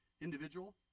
individual